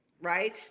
right